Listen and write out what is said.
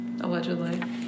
Allegedly